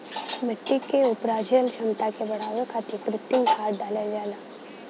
मट्टी के उपराजल क्षमता के बढ़ावे खातिर कृत्रिम खाद डालल जाला